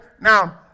now